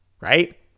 right